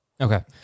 Okay